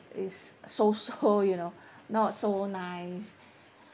it's so so you know not so nice